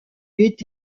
pitt